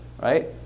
right